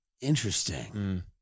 Interesting